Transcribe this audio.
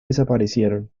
desaparecieron